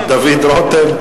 דוד רותם,